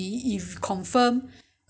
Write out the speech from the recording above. maybe I will check again next time